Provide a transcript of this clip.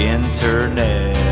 internet